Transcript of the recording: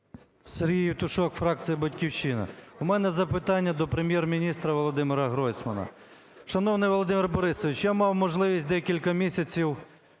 Сергій Євтушок, фракція "Батьківщина". У мене запитання до Прем'єр-міністра Володимира Гройсмана. Шановний Володимир Борисович, я мав можливість декілька місяців